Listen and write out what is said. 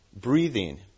breathing